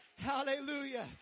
Hallelujah